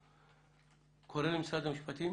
קורא למשרד המשפטים